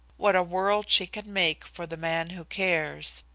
what a world she can make for the man who cares,